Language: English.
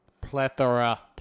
Plethora